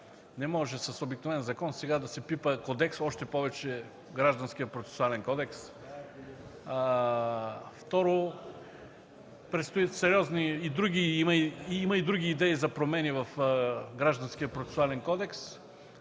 не може с обикновен закон сега да се пипа кодекс, още повече Гражданския процесуален кодекс. Второ, има и сериозни други идеи за промени в Гражданския процесуален кодекс,